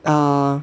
uh